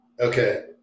Okay